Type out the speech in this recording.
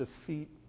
defeat